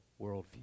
worldview